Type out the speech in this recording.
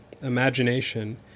imagination